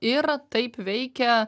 ir taip veikia